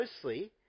closely